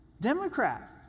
Democrat